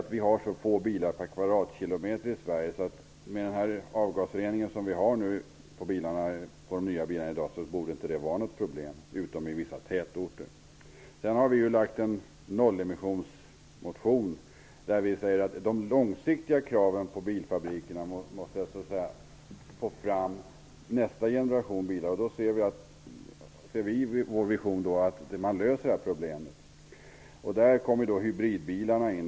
Men vi har så få bilar per kvadratkilometer i Sverige att med de nya bilarnas avgasrening borde inte biltrafiken utgöra något problem, utom i vissa tätorter. Vi har väckt en nollemulsionsmotion, i vilken vi säger att de långsiktiga kraven på bilfabrikerna måste vara att de skall få fram nästa generation bilar. I vår vision löser man då detta problem. I det sammanhanget kommer elbilar och hybridbilar in.